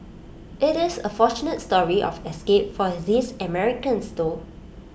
IT is A fortunate story of escape for these Americans though